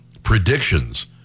Predictions